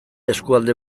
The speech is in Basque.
eskualde